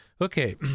Okay